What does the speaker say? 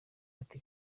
ati